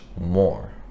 more